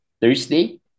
Thursday